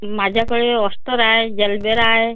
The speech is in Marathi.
माझ्याकडे ऑश्टर आहे जलबेरा आहे